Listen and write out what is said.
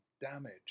damage